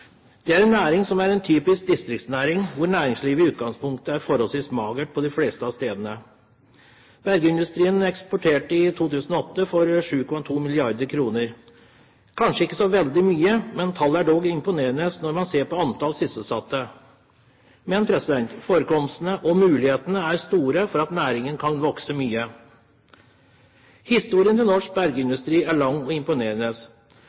Dette er en næring som er en typisk distriktsnæring, hvor næringslivet i utgangspunktet er forholdsvis magert på de fleste av stedene. Bergindustrien eksporterte i 2008 for 7,2 mrd. kr. Dette er kanskje ikke så veldig mye, men tallet er dog imponerende når man ser på antall sysselsatte. Men forekomstene og mulighetene er store for at næringen kan vokse mye. Historien til norsk bergindustri er lang og imponerende.